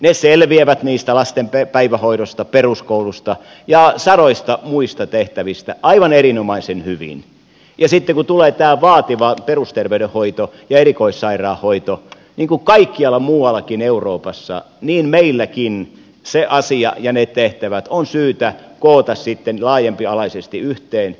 ne selviävät niistä lasten päivähoidosta peruskoulusta ja sadoista muista tehtävistä aivan erinomaisen hyvin ja sitten kun tulee tämä vaativa perusterveydenhoito ja erikoissairaanhoito niin niin kuin kaikkialla muuallakin euroopassa meilläkin se asia ja ne tehtävät on syytä koota sitten laajempialaisesti yhteen